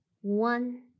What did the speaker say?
one